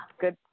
Good